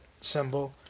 symbol